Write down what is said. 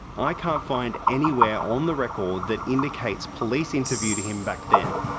i can't find anywhere on the record that indicates police interviewed him back then.